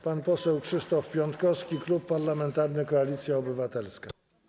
Pan poseł Krzysztof Piątkowski, Klub Parlamentarny Koalicja Obywatelska.